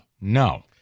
No